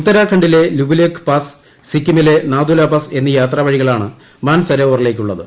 ഉത്തരാഖണ്ഡിലെ ലിപുലേഖ്പാസ്സ് സിക്കിമിലെ നാതുല പാസ് എന്നീ യാത്രാവഴികളാണ് മൻസ്സര്ക്വറിലേക്കുള്ളത്